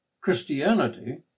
Christianity